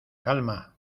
calma